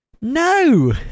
No